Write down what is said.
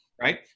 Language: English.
Right